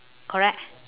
correct